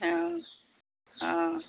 অঁ অঁ